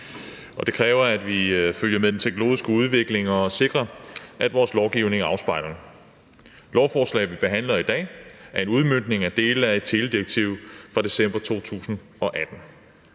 det kræver, at vi følger med den teknologiske udvikling og sikrer, at vores lovgivning afspejler den. Lovforslaget, vi behandler i dag, er en udmøntning af dele af et teledirektiv fra december 2018.